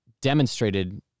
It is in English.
demonstrated